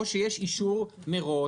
או שיש אישור מראש,